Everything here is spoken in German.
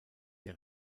der